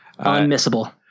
Unmissable